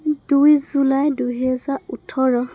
দুই জুলাই দুহেজাৰ ওঠৰ